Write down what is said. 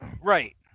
Right